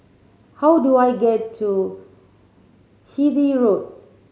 how do I get to Hythe Road